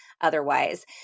otherwise